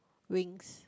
wings